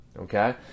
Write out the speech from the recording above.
okay